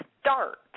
start